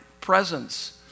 presence